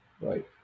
Right